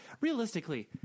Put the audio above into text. realistically